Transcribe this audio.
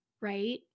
right